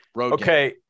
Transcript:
Okay